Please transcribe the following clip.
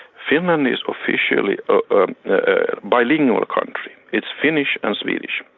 finland is officially a bilingual country. it's finnish and swedish.